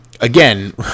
again